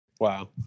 Wow